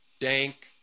dank